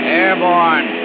airborne